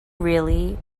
really